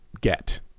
get